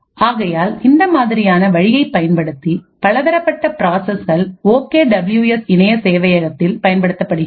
ஆகையால் இந்த மாதிரியான வழியை பயன்படுத்தி பலதரப்பட்ட ப்ராசஸ்கள் ஓகே டபிள்யூ எஸ் இணைய சேவையகத்தில் பயன்படுத்தப்படுகின்றது